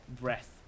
breath